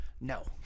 No